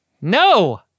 no